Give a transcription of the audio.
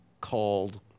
called